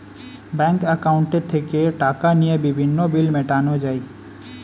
bank অ্যাকাউন্টে থেকে টাকা নিয়ে বিভিন্ন বিল মেটানো যায়